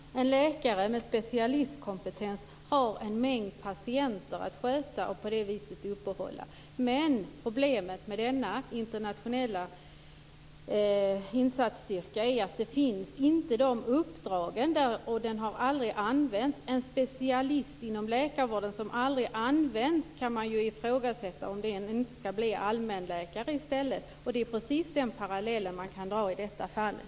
Herr talman! En läkare med specialistkompetens har en mängd patienter att sköta. På det viset uppehåller han sina kunskaper. Problemet med denna internationella insatsstyrka är att det inte finns de här uppdragen. Den har aldrig använts. Om en specialist inom läkarkåren aldrig används kan man ju ifrågasätta om den personen inte skall bli allmänläkare i stället. Det är precis den parallellen man kan dra i det här fallet.